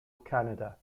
canada